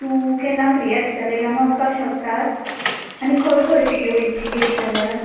तूं केन्ना फ्री आसतलें गा आमी वचपाक शकता आनी खंय खंयशीं गे वयतलीं गेली जाल्यार